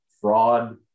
fraud